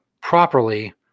properly